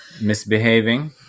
misbehaving